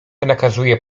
nakazuje